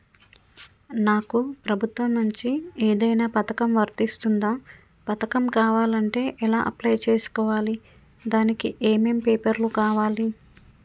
నాకు ప్రభుత్వం నుంచి ఏదైనా పథకం వర్తిస్తుందా? పథకం కావాలంటే ఎలా అప్లై చేసుకోవాలి? దానికి ఏమేం పేపర్లు కావాలి?